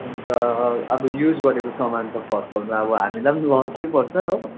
अन्त अब युज गरेको सामान त फर्काउँदा अब हामीलाई पनि लसै पर्छ हो